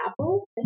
apple